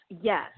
yes